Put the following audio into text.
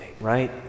right